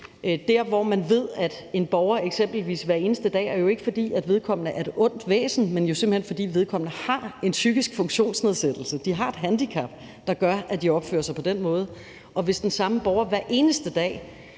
borger kan eksempelvis gøre noget hver eneste dag, og det er jo ikke, fordi vedkommende er et ondt væsen, men fordi vedkommende simpelt hen har en psykisk funktionsnedsættelse. De har et handicap, der gør, at de opfører sig på den måde. Hvis den samme borger hver eneste dag